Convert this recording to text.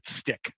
stick